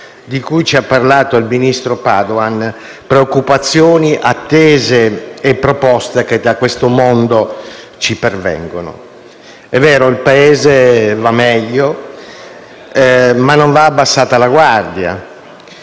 di cui ci ha parlato il ministro Padoan, preoccupazioni, attese e proposte che da questo mondo ci pervengono. È vero, il Paese va meglio, ma non va abbassata la guardia.